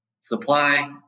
supply